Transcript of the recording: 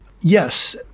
Yes